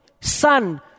son